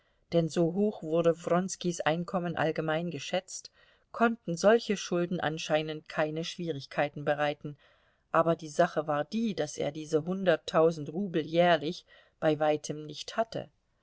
denn so hoch wurde wronskis einkommen allgemein geschätzt konnten solche schulden anscheinend keine schwierigkeiten bereiten aber die sache war die daß er diese hunderttausend rubel jährlich bei weitem nicht hatte